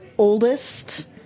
oldest